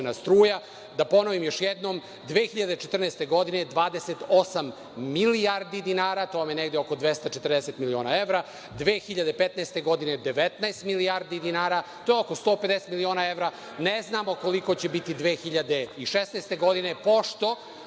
da ponovim još jednom, 2014. godine je 28 milijardi dinara, to vam je negde oko 240 miliona evra, 2015. godine je 19 milijardi dinara, to je oko 150 miliona evra. Ne znamo koliko će biti 2016. godine, pošto